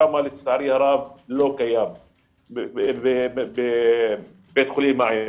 שם לצערי הרב לא קיים בבית חולים העמק.